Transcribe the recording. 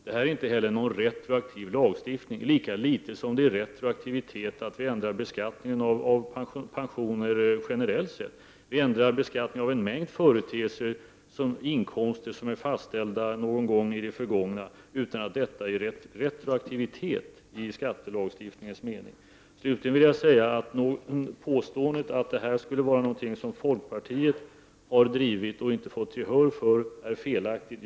Det här är inte någon retroaktiv lagstiftning, lika litet som det är retroaktivitet att beskattningen av pensioner generellt sett ändras. Beskattningen ändras av en mängd inkomster som är fastställda i det förgångna, utan att detta är retroaktivitet i skattelagstiftningens mening. Slutligen vill jag säga att påståendet att det här skulle vara en fråga som folkpartiet har drivit och inte fått gehör för är felaktigt.